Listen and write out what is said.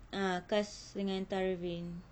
ah cas dengan tarvin